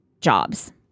jobs